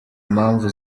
impamvu